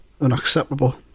Unacceptable